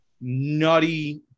nutty